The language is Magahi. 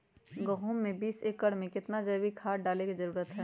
गेंहू में बीस एकर में कितना जैविक खाद डाले के जरूरत है?